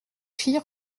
filles